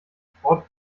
sport